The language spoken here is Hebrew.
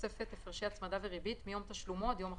בתוספת הפרשי הצמדה וריבתי מיום תשלומו עד יום החזרתו.